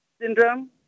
Syndrome